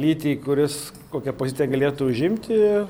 lytį kuris kokią poziciją galėtų užimti